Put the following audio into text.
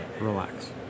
relax